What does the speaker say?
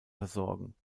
versorgen